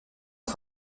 est